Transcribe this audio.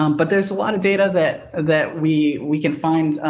um but there's a lot of data that that we, we can find,